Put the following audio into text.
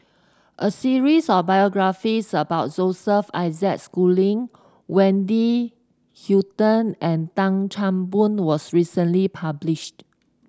a series of biographies about Joseph Isaac Schooling Wendy Hutton and Tan Chan Boon was recently published